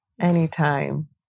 Anytime